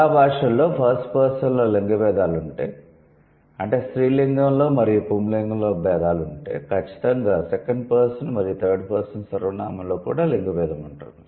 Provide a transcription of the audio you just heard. చాలా భాషలలో first person లో లింగ భేదాలు ఉంటే అంటే స్త్రీలింగoలో మరియు పుంలింగంలో భేదాలు ఉంటే ఖచ్చితంగా సెకండ్ పర్సన్ మరియు థర్డ్ పర్సన్ సర్వనామంలో కూడా లింగ భేదం ఉంటుంది